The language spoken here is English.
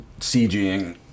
CGing